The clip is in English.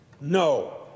No